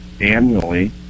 annually